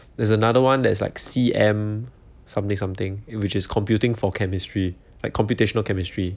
there's another one that is like C_M something something which is computing for chemistry like computational chemistry